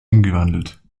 umgewandelt